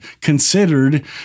considered